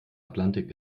atlantik